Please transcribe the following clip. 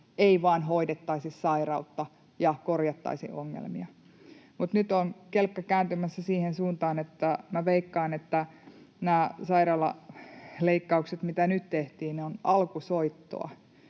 ei vain hoidettaisi sairautta ja korjattaisi ongelmia. Mutta nyt on kelkka kääntymässä siihen suuntaan, että minä veikkaan, että nämä sairaalaleikkaukset, mitä nyt tehtiin, ovat alkusoittoa,